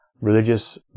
religious